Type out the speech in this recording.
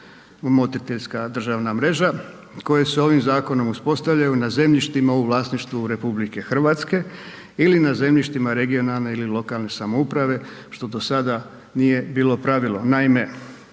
motriteljska državna mreža koje se ovim zakonom uspostavljaju na zemljištima u vlasništvu RH ili na zemljištima regionalne ili lokalne samouprave što do sada nije bilo pravilo.